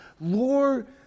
Lord